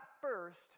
first